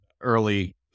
early